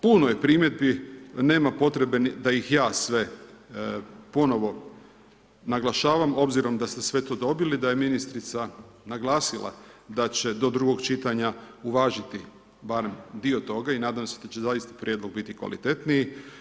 Puno je primjedbi, nema potrebe da ih ja sve ponovo naglašavam obzirom da ste sve to dobili, da je ministrica naglasila da će do drugog čitanja uvažiti barem dio toga i nadam se da će zaista prijedlog biti kvalitetniji.